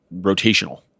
rotational